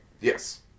Yes